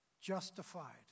justified